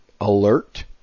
Alert